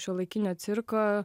šiuolaikinio cirko